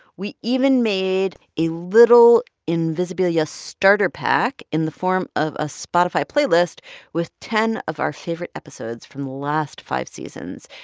we even made a little invisibilia starter pack in the form of a spotify playlist with ten of our favorite episodes from the last five seasons.